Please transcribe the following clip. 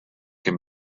can